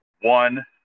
one